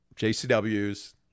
JCW's